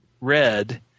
Red